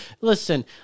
listen